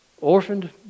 orphaned